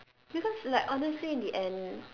because like honestly in the end